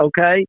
okay